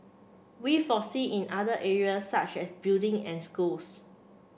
we foresee in other areas such as building and schools